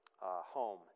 home